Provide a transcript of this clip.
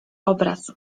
obraz